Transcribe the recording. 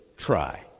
try